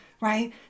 Right